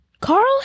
Carl